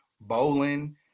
Bowling